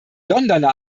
londoner